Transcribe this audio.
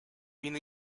been